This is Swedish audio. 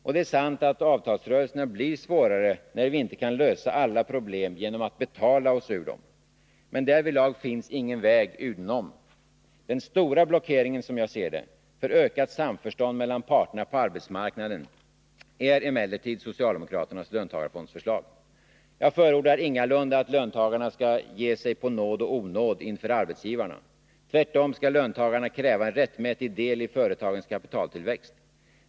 Och det är sant att avtalsrörelserna blir svårare, när vi inte kan lösa alla problem genom att betala oss ur dem. Men därvidlag finns ingen väg udenom. Den stora blockeringen, som jag ser det, för ökat samförstånd mellan parterna på arbetsmarknaden är emellertid socialdemokraternas löntagarfondsförslag. Jag förordar ingalunda att löntagarna skall ge sig på nåd och onåd inför arbetsgivarna. Tvärtom skall löntagarna kräva en rättmätig del i företagens kapitaltillväxt.